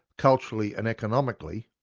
culturally and economically,